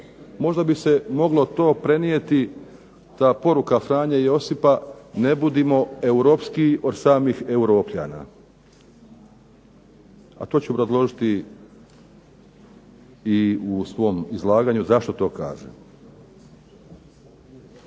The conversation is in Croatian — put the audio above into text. Možda bi se moglo to prenijeti, ta poruka Franje Josipa ne budimo europskiji od samih Europljana, a to ću obrazložiti i u svom izlaganju zašto to kažem.